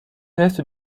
reste